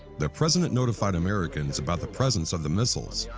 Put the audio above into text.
the president notified americans about the presence of the missiles.